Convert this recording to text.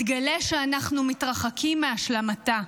מתגלה שאנחנו מתרחקים מהשלמתה.